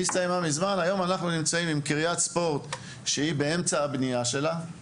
היום אנחנו נמצאים עם קריית ספורט שנמצאת באמצע הבנייה שלה; יפיפייה,